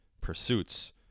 pursuits